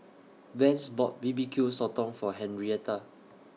Vance bought B B Q Sotong For Henrietta